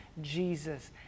jesus